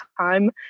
time